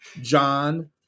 John